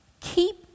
keep